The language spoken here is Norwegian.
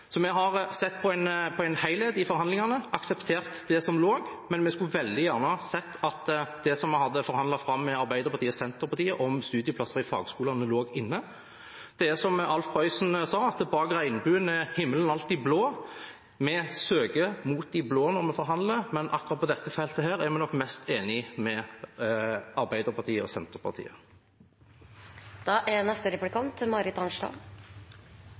Vi har sett på en helhet i forhandlingene, akseptert det som lå der, men vi skulle veldig gjerne sett at det vi hadde forhandlet fram med Arbeiderpartiet og Senterpartiet om studieplasser i fagskolene, lå inne. Det er som Alf Prøysen sa, at «over regnbuen der er himmelen blå». Vi søker mot de blå når vi forhandler, men akkurat på dette feltet er vi nok mest enig med Arbeiderpartiet og